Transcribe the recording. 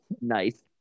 Nice